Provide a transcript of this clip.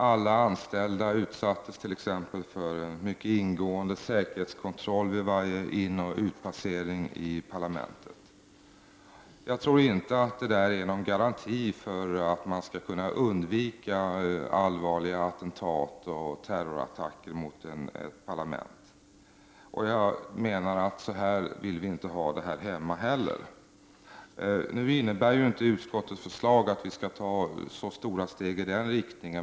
Alla anställda utsattes t.ex. för en mycket ingående säkerhetskontroll vid varje inoch utpassering i parlamentet. Jag tror inte att det är någon garanti för att man skall kunna undvika allvarliga attentat och terrorattacker mot ett parlament. På det sättet vill vi inte ha det här hemma. Nu innebär ju inte utskottets förslag att vi skall ta så stora steg i den riktningen.